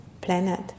planet